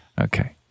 okay